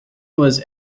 was